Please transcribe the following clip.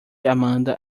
amanda